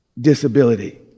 Disability